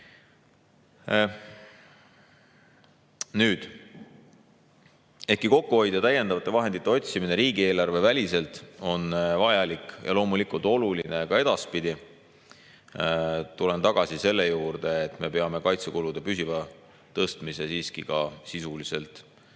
Nüüd, ehkki kokkuhoid ja täiendavate vahendite otsimine riigieelarveväliselt on vajalik ja loomulikult on oluline ka edaspidi, tulen tagasi selle juurde, et me peame kaitsekulude püsiva tõstmise siiski ka sisuliselt ära